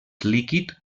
líquid